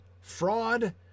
Fraud